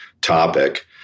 topic